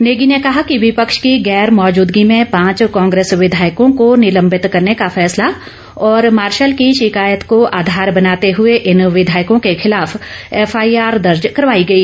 नेगी र्ने कहा कि विपक्ष की गैरमौजूदगी में पांच कांग्रेस विधायकों को निलंबित करने का फैसला और मार्शल की शिकायत को आधार बनाते हुए इन विधायकों के खिलाफ एफआईआर दर्ज करवाई गई